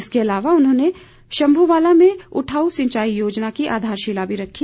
इसके अलावा उन्होंने शम्भूवालां में उठाऊ सिंचाई योजना की आधारशिला भी रखी